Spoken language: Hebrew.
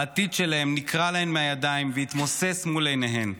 העתיד שלהן נקרע להן מהידיים והתמוסס מול עיניהן.